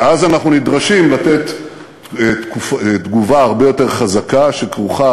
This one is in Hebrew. ואז אנחנו נדרשים לתת תגובה הרבה יותר חזקה שכרוכה